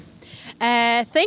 thank